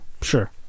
Sure